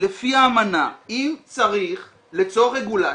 לפי האמנה, אם צריך ליצור רגולציה,